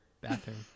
bathroom